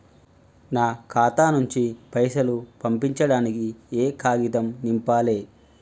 నా ఖాతా నుంచి పైసలు పంపించడానికి ఏ కాగితం నింపాలే?